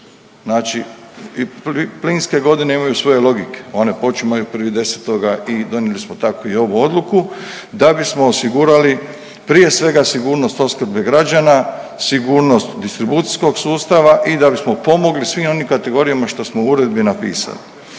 znači i plinske godine imaju svoje logike, one počimaju 1.10. i donijeli smo takvu i ovu odluku da bismo osigurali prije svega sigurnost opskrbe građana, sigurnost distribucijskog sustava i da bismo pomogli svim onim kategorijama što smo u uredbi napisali.